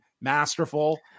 masterful